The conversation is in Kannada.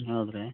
ಹೌದಾ ರೀ